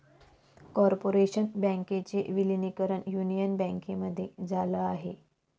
corporation बँकेचे विलीनीकरण Union बँकेमध्ये झाल आहे